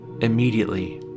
immediately